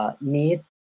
need